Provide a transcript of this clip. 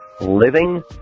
Living